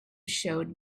showed